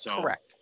Correct